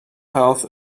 health